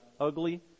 ugly